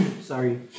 Sorry